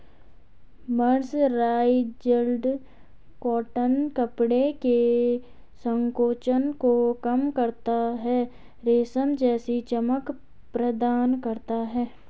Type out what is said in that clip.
mercerised cotton कपड़े के संकोचन को कम करता है, रेशम जैसी चमक प्रदान करता है